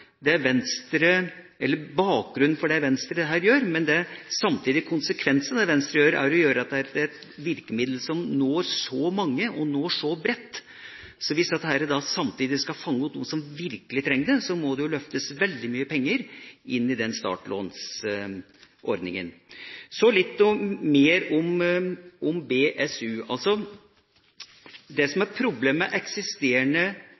et virkemiddel som når så mange, og når så bredt. Så hvis dette samtidig skal fange opp dem som virkelig trenger det, må det løftes veldig mye penger inn i startlånsordningen. Så litt mer om BSU. Det som er problemet med det eksisterende skattefradragsregimet og med BSU-regimet, er at det først og fremst er de av oss som